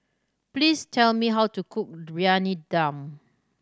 please tell me how to cook Briyani Dum